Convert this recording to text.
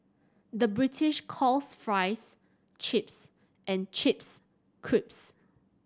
the British calls fries chips and chips crisps